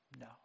No